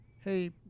hey